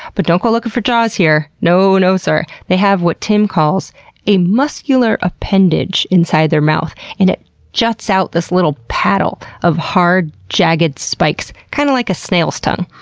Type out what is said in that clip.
but don't go looking for jaws here. no, no sir. they have what tim calls a muscular appendage inside their mouth, and it juts out this little paddle of hard, jagged spikes, kinda kind of like a snail's tongue.